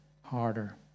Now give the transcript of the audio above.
harder